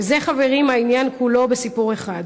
זה, חברים, העניין כולו בסיפור אחד.